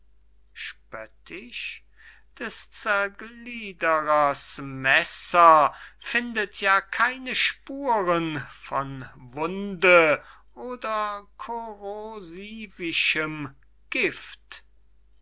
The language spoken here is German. spöttisch des zergliederers messer findet ja keine spuren von wunde oder korrosivischem gift